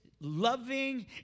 loving